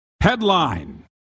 Headline